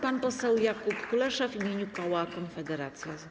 Pan poseł Jakub Kulesza w imieniu koła Konfederacja.